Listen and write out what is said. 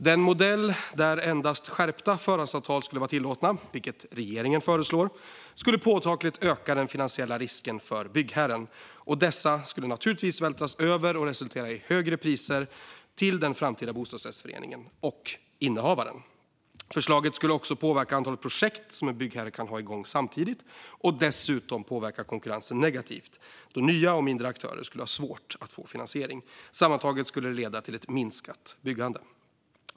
Den modell där endast skärpta förhandsavtal skulle vara tillåtna, vilket regeringen föreslår, skulle påtagligt öka de finansiella riskerna för byggherren. Dessa risker skulle naturligtvis vältras över och resultera i högre priser för den framtida bostadsrättsföreningen och innehavaren. Förslaget skulle också påverka antalet projekt som en byggherre kan ha igång samtidigt och dessutom påverka konkurrensen negativt, då nya och mindre aktörer skulle ha svårt att få finansiering. Sammantaget skulle det leda till ett minskat byggande.